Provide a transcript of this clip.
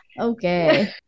okay